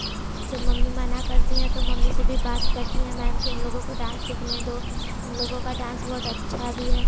जब मम्मी मना करती हैं तो मम्मी से भी बात करती हैं मैम के उन लोगों को डांस सीखने दो उन लोगों का डांस बहुत अच्छा भी है